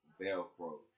velcro